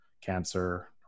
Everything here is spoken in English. cancer